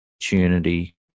opportunity